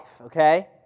okay